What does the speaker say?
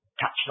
Touch